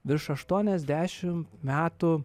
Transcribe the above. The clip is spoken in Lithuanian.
virš aštuoniasdešimt metų